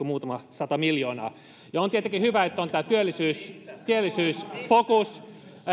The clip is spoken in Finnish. muutama sata miljoonaa on tietenkin hyvä että on tämä työllisyysfokus